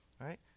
right